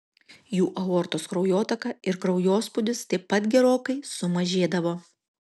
jų aortos kraujotaka ir kraujospūdis taip pat gerokai sumažėdavo